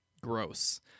gross